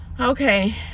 Okay